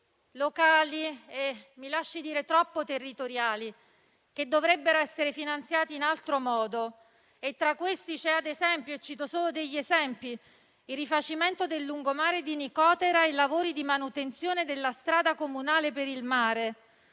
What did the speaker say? locali e - mi lasci dire - troppo territoriali, che dovrebbero essere finanziati in altro modo. Tra questi vi sono - cito solo degli esempi - il rifacimento del lungomare di Nicotera e i lavori di manutenzione della strada comunale per il mare